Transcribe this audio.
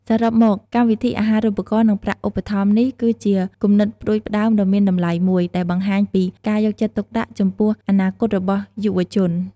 សរុបមក កម្មវិធីអាហារូបករណ៍ និងប្រាក់ឧបត្ថម្ភនេះគឺជា គំនិតផ្ដួចផ្ដើមដ៏មានតម្លៃមួយ ដែលបង្ហាញពី ការយកចិត្តទុកដាក់ ចំពោះ អនាគតរបស់យុវជន។